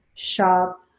shop